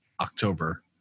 October